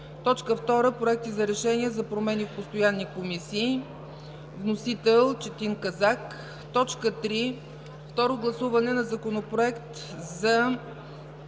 г. 2. Проекти за решения за промени в постоянни комисии. Вносител – Четин Казак. 3. Второ гласуване на Законопроект за